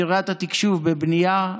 קריית התקשוב בבנייה,